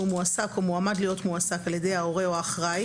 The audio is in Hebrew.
מועסק או מועמד להיות מועסק על ידי ההורה או האחראי